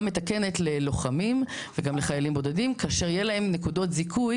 מתקנת ללוחמים וגם לחיילים בודדים כאשר יהיה להם נקודות זיכוי